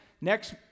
next